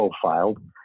profiled